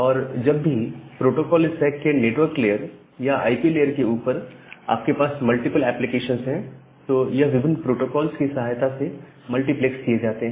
और जब भी प्रोटोकोल स्टैक के नेटवर्क लेयर या आईपी लेयर के ऊपर आपके पास मल्टीपल एप्लीकेशंस हैं तो यह विभिन्न प्रोटोकॉल्स की सहायता से मल्टीप्लेक्स किए जाते हैं